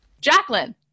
Jacqueline